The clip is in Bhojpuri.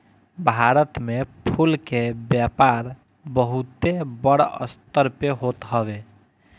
भारत में फूल के व्यापार बहुते बड़ स्तर पे होत हवे